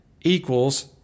equals